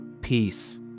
peace